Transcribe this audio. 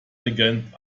regent